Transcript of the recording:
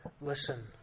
listen